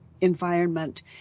environment